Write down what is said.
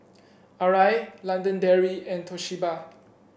Arai London Dairy and Toshiba